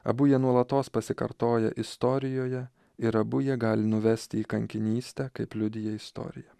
abu jie nuolatos pasikartoja istorijoje ir abu jie gali nuvesti į kankinystę kaip liudija istorija